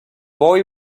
boy